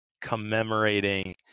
commemorating